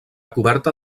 coberta